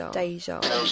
deja